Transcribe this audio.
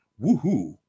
woohoo